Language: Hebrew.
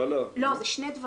לא, בשני דברים: